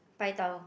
paitao